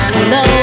Hello